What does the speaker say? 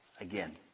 again